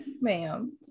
ma'am